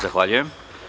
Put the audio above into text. Zahvaljujem.